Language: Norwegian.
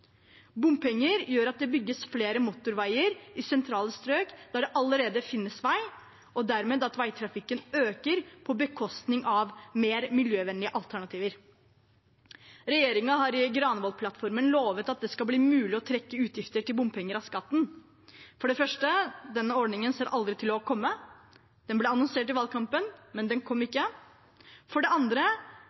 Bompenger gjør at det bygges flere motorveier i sentrale strøk der det allerede finnes vei, og dermed at veitrafikken øker på bekostning av mer miljøvennlige alternativer. Regjeringen har i Granavolden-plattformen lovet at det skal bli mulig å trekke fra utgifter til bompenger på skatten. For det første: Denne ordningen ser aldri ut til å komme – den ble annonsert i valgkampen, men den kom ikke. For det andre